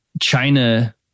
China